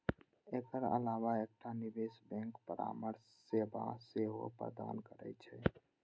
एकर अलावा एकटा निवेश बैंक परामर्श सेवा सेहो प्रदान करै छै